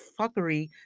fuckery